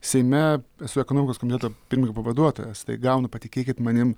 seime esu ekonomikos komiteto pirmininko pavaduotojas tai gaunu patikėkit manim